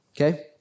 Okay